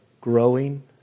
growing